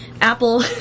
Apple